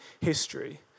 history